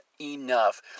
enough